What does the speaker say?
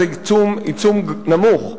זה עיצום נמוך,